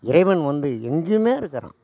இறைவன் வந்து எங்கையும் இருக்கிறான்